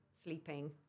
Sleeping